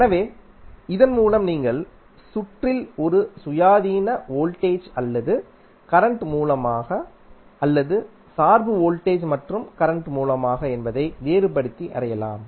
எனவே இதன் மூலம் நீங்கள் சுற்றில் ஒரு சுயாதீன வோல்டேஜ் அல்லது கரண்ட் மூலமா அல்லது சார்பு வோல்டேஜ் மற்றும் கரண்ட் மூலமா என்பதை வேறுபடுத்தி அறியலாம்